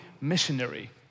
missionary